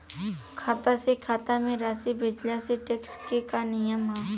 खाता से खाता में राशि भेजला से टेक्स के का नियम ह?